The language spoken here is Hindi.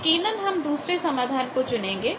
यकीनन हम दूसरे समाधान को चुनेंगे